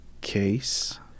Case